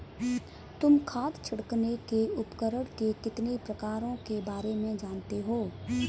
तुम खाद छिड़कने के उपकरण के कितने प्रकारों के बारे में जानते हो?